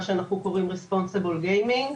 מה שאנחנו קוראים Responsible gaming.